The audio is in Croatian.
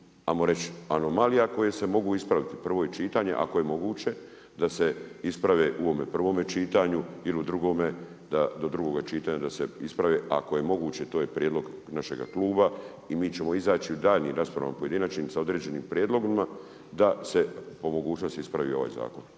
ajmo reći anomalija koje se mogu ispraviti, prvo je čitanje, ako je moguće da se isprave u ovome prvome čitanju ili u drugom da do drugoga čitanja da se isprave, ako je moguće. To je prijedlog našega kluba i mi ćemo izaći u daljnjim raspravama pojedinačnim sa određenim prijedlozima da se po mogućnosti ispravi ovaj zakon.